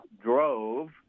drove